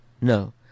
No